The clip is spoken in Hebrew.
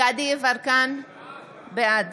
בעד